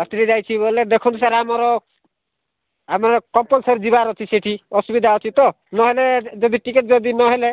ବାତିଲ୍ ଯାଇଛି ବୋଲେ ଦେଖନ୍ତୁ ସାର୍ ଆମର ଆମର କମ୍ପଲ୍ସରି ଯିବାର ଅଛି ସେଠି ଅସୁବିଧା ଅଛି ତ ନହେଲେ ଯଦି ଟିକେଟ୍ ଯଦି ନହେଲେ